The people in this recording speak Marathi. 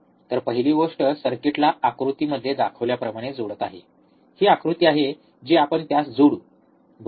तर पहिली गोष्ट सर्किटला आकृतीमध्ये दाखवल्याप्रमाणे जोडत आहे ही आकृती आहे जी आपण त्यास जोडू बरोबर